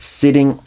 sitting